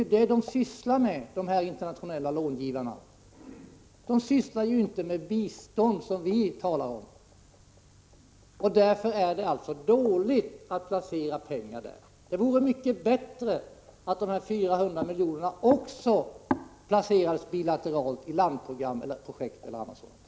De internationella långivarna sysslar ju med sådant, de sysslar inte med det bistånd som vi talar om. Därför är det alltså dåligt att placera pengarna där. Det vore bättre att också dessa 400 miljoner placerades bilateralt i landprogram, projekt, o.d.